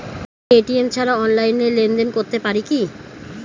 আমি এ.টি.এম ছাড়া অনলাইনে লেনদেন করতে পারি কি?